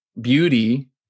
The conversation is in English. beauty